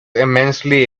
immensely